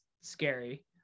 scary